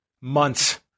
months